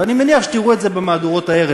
ואני מניח שתראו את זה במהדורות הערב,